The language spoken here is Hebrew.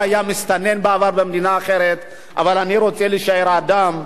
אבל אני רוצה להישאר אדם,